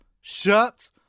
SHUT